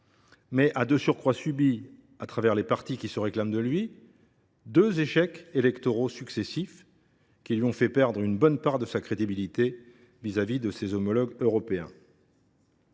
qui a de surcroît subi, à travers les partis qui se réclament de lui, deux échecs électoraux successifs, lesquels lui ont fait perdre une bonne part de sa crédibilité aux yeux de ses homologues européens.